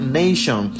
nation